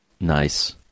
Nice